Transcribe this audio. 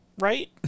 Right